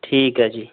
ਠੀਕ ਹੈ ਜੀ